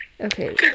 Okay